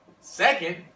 Second